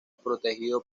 protegido